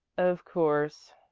of course,